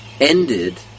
ended